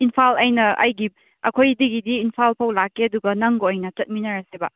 ꯏꯝꯐꯥꯜ ꯑꯩꯅ ꯑꯩꯒꯤ ꯑꯩꯈꯣꯏꯗꯒꯤꯗꯤ ꯏꯝꯐꯥꯜꯐꯥꯎ ꯂꯥꯛꯀꯦ ꯑꯗꯨꯒ ꯅꯪꯒ ꯑꯣꯏꯅ ꯆꯠꯃꯤꯟꯅꯔꯁꯦꯕ